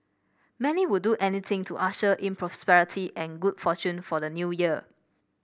many would do anything to usher in prosperity and good fortune for the New Year